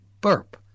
burp